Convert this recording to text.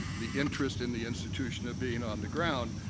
the interest in the institution of being on the ground,